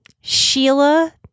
Sheila